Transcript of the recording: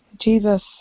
Jesus